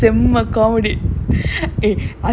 so எனக்கு:enakku mmhmm